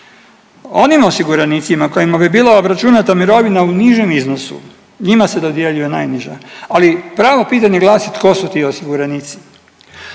Onim osiguranicima kojima bi bila obračunata mirovina u nižem iznosu njima se dodjeljuje najniža, ali pravo pitanje glasi tko su ti osiguranici?